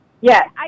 Yes